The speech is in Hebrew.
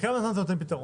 לכמה זמן זה נותן פתרון?